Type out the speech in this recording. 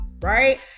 right